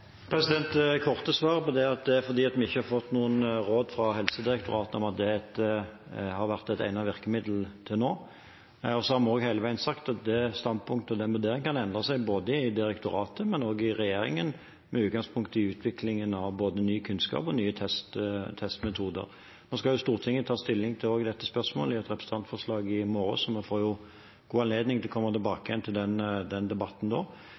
Det korte svaret på det er at det er fordi vi ikke har fått noen råd fra Helsedirektoratet om at det har vært et egnet virkemiddel, til nå. Vi har også hele veien sagt at det standpunktet og den vurderingen kan endre seg, så vel i direktoratet som i regjeringen, med utgangspunkt i utviklingen av både ny kunnskap og nye testmetoder. Nå skal Stortinget ta stilling til også dette spørsmålet i forbindelse med et representantforslag i morgen, så vi får god anledning til å komme tilbake til den debatten da.